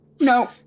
No